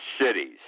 cities